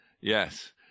yes